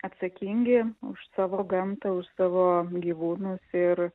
atsakingi už savo gamtą už savo gyvūnus ir